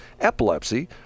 epilepsy